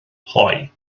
hoe